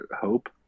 Hope